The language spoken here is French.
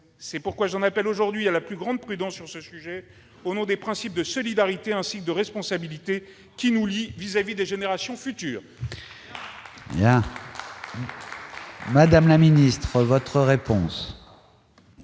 C'est pourquoi j'en appelle aujourd'hui à la plus grande prudence sur ce sujet, au nom des principes de solidarité et de responsabilité qui nous lient vis-à-vis des générations futures. La parole est à